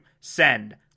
send